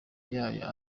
yayo